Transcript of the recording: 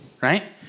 Right